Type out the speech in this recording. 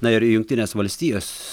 na ir jungtinės valstijos